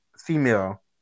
female